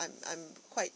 I'm I'm quite